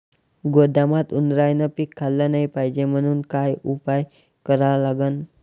गोदामात उंदरायनं पीक खाल्लं नाही पायजे म्हनून का उपाय करा लागन?